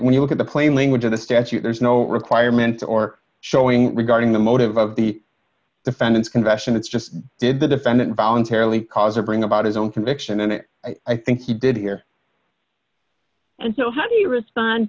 when you look at the plain language of the statute there's no requirement or showing regarding the motive of the defendant's confession it's just did the defendant voluntarily cause or bring about his own conviction or i think he did here and so how do you respond